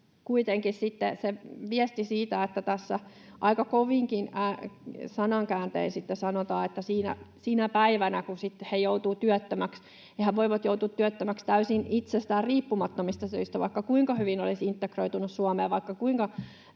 kuitenkin on se viesti, jossa aika kovinkin sanankääntein sanotaan siitä päivästä, kun he joutuvat työttömiksi — hehän voivat joutua työttömiksi täysin itsestään riippumattomista syistä, vaikka kuinka hyvin olisi integroitunut Suomeen, vaikka kuinka